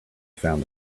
found